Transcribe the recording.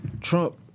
Trump